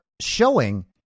showing